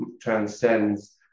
transcends